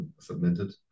submitted